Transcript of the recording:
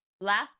last